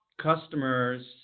customers